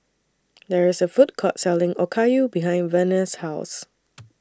There IS A Food Court Selling Okayu behind Verner's House